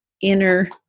inner